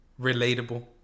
relatable